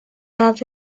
las